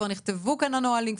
כבר נכתבו כאן הנהלים,